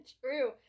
True